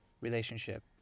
relationship